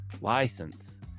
license